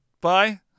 Bye